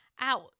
out